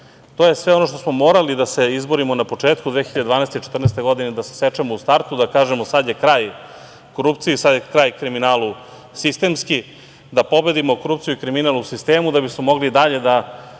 To je sve ono što smo morali da se izborimo na početku 2012. i 2014. godine, da sasečemo u startu, da kažemo da je sada kraj korupciji, sada je kraj kriminalu. Sistemski da pobedimo korupciju i kriminal u sistemu, da bismo mogli dalje da